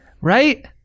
Right